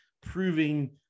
proving